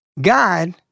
God